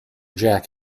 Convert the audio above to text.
jack